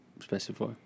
specify